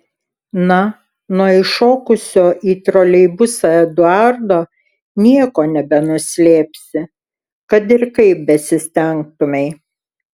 na nuo įšokusio į troleibusą eduardo nieko nebenuslėpsi kad ir kaip besistengtumei